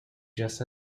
just